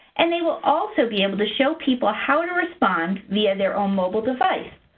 and they will also be able to show people how to respond via their own mobile device,